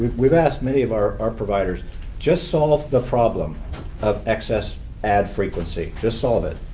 we've asked many of our our providers just solve the problem of excess ad frequency. just solve it.